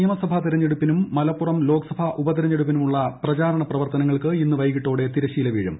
നിയമസഭാ തെരഞ്ഞെടുപ്പിനും മലപ്പുറം ലോക്സഭാ ഉപതെരഞ്ഞെടുപ്പിനുമുള്ള പ്രചാരണ പ്രവർത്തനങ്ങൾക്ക് ഇന്ന് വൈകിട്ടോടെ തിരശ്ശീല വീഴും